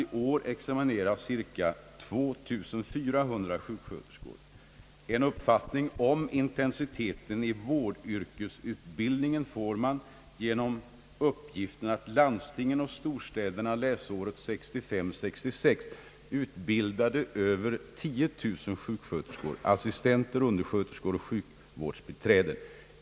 I år examineras cirka 2 400 sjuksköterskor. En uppfattning om intensiteten i vårdyrkesutbildningen får man genom uppgiften att landstingen och storstäderna läsåret 1965/66 utbildade över 10 000 sjuksköterskor, assistenter, undersköterskor och sjukvårdsbiträden.